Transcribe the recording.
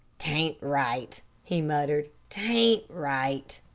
t ain't right, he muttered, t ain't right.